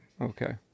Okay